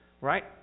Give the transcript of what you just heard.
right